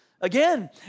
Again